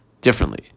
differently